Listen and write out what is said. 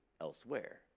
elsewhere